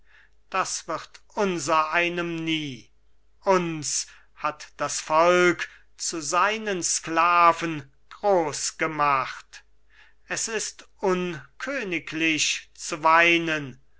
das wird unser einem nie uns hat das volk zu seinen sklaven groß gemacht es ist unköniglich zu weinen